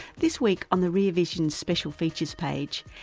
this week on the rear vision special features page,